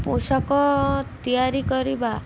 ପୋଷକ ତିଆରି କରିବା